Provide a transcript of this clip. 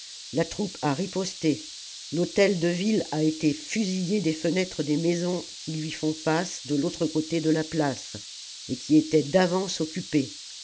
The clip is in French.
la troupe a riposté lhôtelde ville a été fusillé des fenêtres des maisons qui lui la commune font face de l'autre côté de la place et qui étaient d'avance occupées